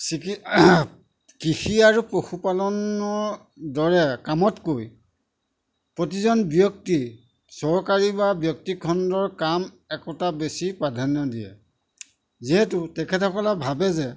চিকি কৃষি আৰু পশুপালনৰ দৰে কামতকৈ প্ৰতিজন ব্যক্তিয়ে চৰকাৰী বা ব্যক্তিখণ্ডৰ কাম একোটা বেছি প্ৰাধান্য দিয়ে যিহেতু তেখেতসকলে ভাবে যে